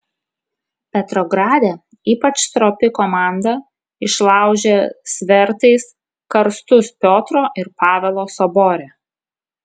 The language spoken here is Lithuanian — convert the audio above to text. petrograde ypač stropi komanda išlaužė svertais karstus piotro ir pavelo sobore